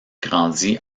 grandit